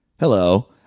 Hello